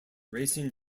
racing